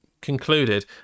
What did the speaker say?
concluded